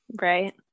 right